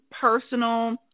personal